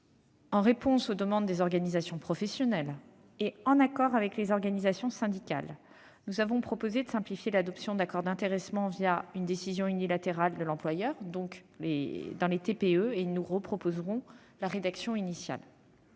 En réponse aux demandes des organisations professionnelles et en accord avec les organisations syndicales, nous proposons de simplifier l'adoption d'accords d'intéressement une décision unilatérale de l'employeur dans les TPE, et partant de revenir à la rédaction initiale